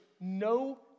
no